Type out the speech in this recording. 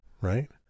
right